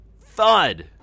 thud